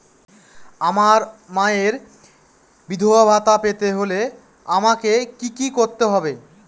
আমার মায়ের বিধবা ভাতা পেতে হলে আমায় কি কি করতে হবে?